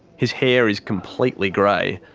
his hair is completely grey,